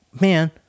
man